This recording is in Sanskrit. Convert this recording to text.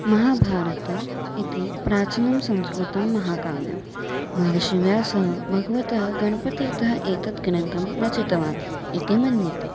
महाभामिति प्राचीनं संस्कृतं महाकाव्यं महर्षिव्यासः भगवतः गणपतितः एतद्ग्रन्थं रचितवान् इति मन्यते